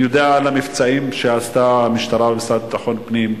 אני יודע על המבצעים של המשטרה והמשרד לביטחון פנים,